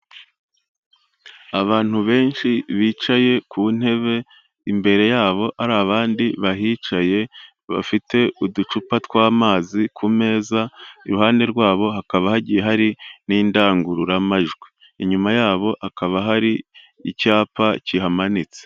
Abantu benshi bicaye ku ntebe, imbere yabo hari abandi bahicaye, bafite uducupa tw'amazi ku meza, iruhande rwabo hakaba hagiye hari n'indangururamajwi, inyuma yabo hakaba hari icyapa kihamanitse.